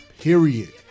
Period